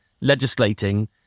legislating